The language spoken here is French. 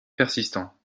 persistant